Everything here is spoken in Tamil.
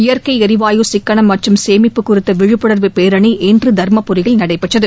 இயற்கை எரிவாயு சிக்கனம் மற்றும் சேமிப்புக் குறித்த விழிப்புனர்வு பேரணி இன்று தர்மபுரியில் நடைபெற்றது